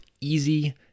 easy